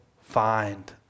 find